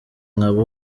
nkaba